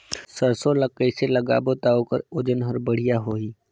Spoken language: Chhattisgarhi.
सरसो ला कइसे लगाबो ता ओकर ओजन हर बेडिया होही?